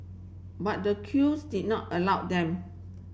but the crews did not allow them